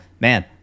man